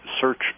search